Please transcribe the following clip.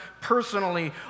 personally